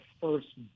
first